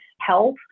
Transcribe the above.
health